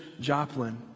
Joplin